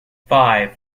five